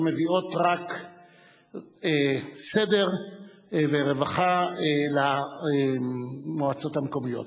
מביאות רק סדר ורווחה למועצות המקומיות.